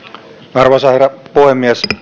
arvoisa herra puhemies